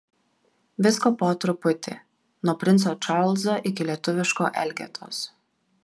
visko po truputį nuo princo čarlzo iki lietuviško elgetos